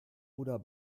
oder